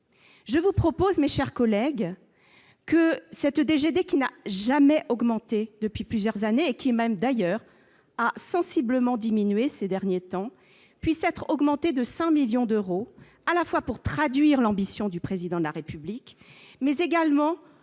je vous propose mes chers collègues, que cette DG des qui n'a jamais augmenté depuis plusieurs années et qui émane d'ailleurs a sensiblement diminué ces derniers temps, puisse être augmentée de 5 millions d'euros à la fois pour traduire l'ambition du président de la République, mais également pour